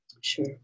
Sure